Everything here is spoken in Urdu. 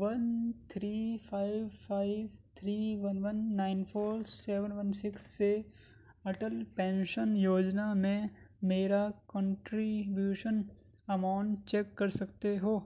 one three five five three one one nine four seven one six سے اٹل پینشن یوجنا میں میرا کنٹریبیوشن اماؤنٹ چیک کر سکتے ہو